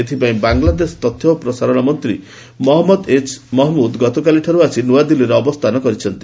ଏଥିପାଇଁ ବାଂଲାଦେଶ ତଥ୍ୟ ଓ ପ୍ରସାରଣ ମନ୍ତ୍ରୀ ମହଞ୍ଚନ୍ଦ ଏଚ୍ ମହଞ୍ଚୁଦ ଗତକାଲିଠାରୁ ଆସି ନୂଆଦିଲ୍ଲୀରେ ଅବସ୍ଥାନ କରିଛନ୍ତି